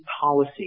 policy